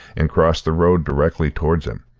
and cross the road directly towards him.